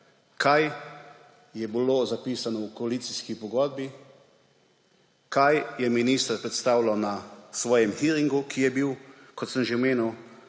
kaj je bilo zapisano v koalicijski pogodbi, kaj je minister predstavljal na svojem hearingu, ki je bil, kot sem že omenil,